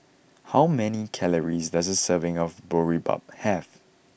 how many calories does a serving of Boribap have